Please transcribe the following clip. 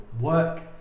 work